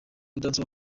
gaudence